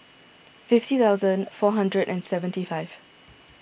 fifty thousand four hundred and seventy five